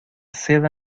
seda